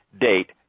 date